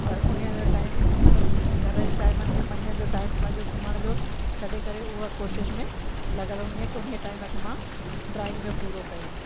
पर उन जो टाइम मतिलबु घर जे टाइमनि में मंझंदि जो टाइम पंहिंजो सुम्हण जो छॾे करे उहा कोशिश में लॻियलु हूंदी आहे की उन टाइम खे मां ड्रॉइंग में पूरो कयां